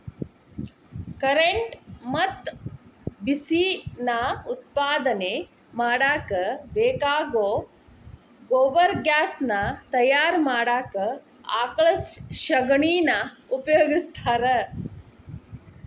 current ಮತ್ತ ಬಿಸಿ ನಾ ಉತ್ಪಾದನೆ ಮಾಡಾಕ ಬೇಕಾಗೋ ಗೊಬರ್ಗ್ಯಾಸ್ ನಾ ತಯಾರ ಮಾಡಾಕ ಆಕಳ ಶಗಣಿನಾ ಉಪಯೋಗಸ್ತಾರ